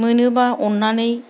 मोनोब्ला अननानै